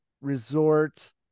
resort